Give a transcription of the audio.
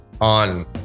on